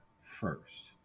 first